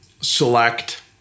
select